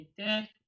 Okay